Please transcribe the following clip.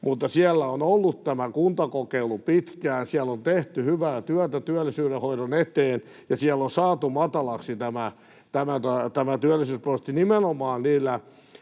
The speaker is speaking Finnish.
Mutta siellä on ollut tämä kuntakokeilu pitkään, siellä on tehty hyvää työtä työllisyydenhoidon eteen, ja siellä on saatu matalaksi työttömyysprosentti nimenomaan niillä